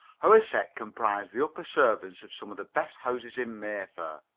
our set comprised the upper servants of some of the best houses in mayfair.